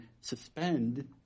suspend